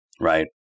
right